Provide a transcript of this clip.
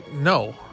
No